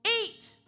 eat